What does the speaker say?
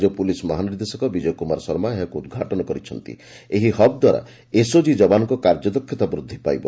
ରାଜ୍ୟ ପୁଲିସ୍ ମହାନିର୍ଦ୍ଦେଶକ ବିଜୟ କୁମାର ଶର୍ମା ଏହାକୁ ଉଦ୍ଘାଟନ କରି କହିଛନ୍ତି ଏହି ହବ୍ଦ୍ୱାରା ଏସ୍ଓଜି ଯବାନ୍ଙ କାର୍ଯ୍ୟଦକ୍ଷତା ବୁଦ୍ଧି ପାଇବ